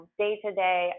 day-to-day